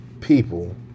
people